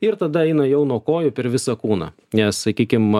ir tada einu jau nuo kojų per visą kūną nes sakykim